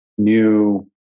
new